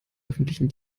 öffentlichen